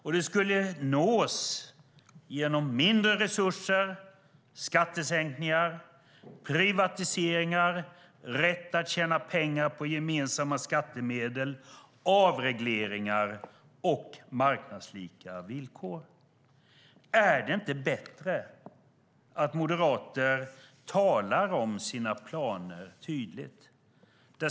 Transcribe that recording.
Detta skulle nås genom mindre resurser, skattesänkningar, privatiseringar, rätt att tjäna pengar på gemensamma skattemedel, avregleringar och marknadslika villkor. Är det inte bättre att moderater talar om sina planer tydligt?